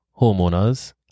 homeowners